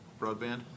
broadband